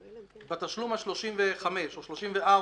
ואילו בתשלום ה-35 או ה-34,